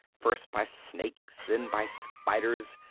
first by snakes, then by spiders,